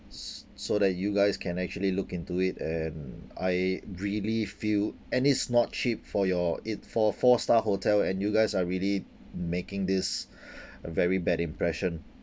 s~ so that you guys can actually look into it and I really feel and it's not cheap for your it for four star hotel and you guys are really making this a very bad impression